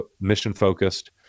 mission-focused